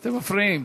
אתם מפריעים.